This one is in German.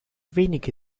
wenige